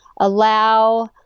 allow